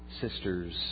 sisters